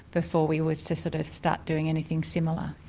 before we were to sort of start doing anything similar.